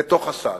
לתוך הסל.